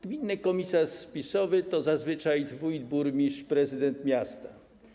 Gminy komisarz spisowy to zazwyczaj wójt, burmistrz, prezydent miasta.